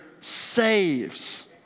saves